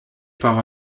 par